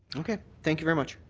okay. thank you very much.